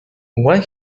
when